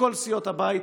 מכל סיעות הבית,